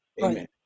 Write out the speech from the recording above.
Amen